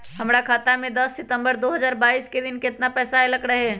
हमरा खाता में दस सितंबर दो हजार बाईस के दिन केतना पैसा अयलक रहे?